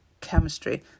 chemistry